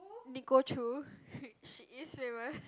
Nicole-Choo she is famous